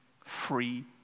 free